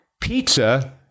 Pizza